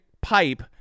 pipe